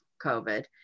COVID